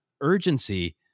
urgency